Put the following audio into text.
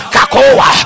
Kakoa